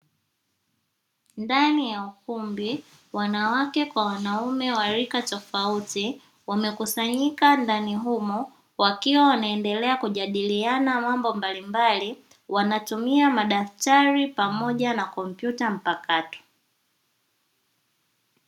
Ndani ya ukumbi, wanawake kwa wanaume wa rika tofauti wamekusanyika ndani humo, wakiwa wanaendelea kujadilina mambo mbalimbali. Wanatumia madaftari pamoja na kompyuta mpakato.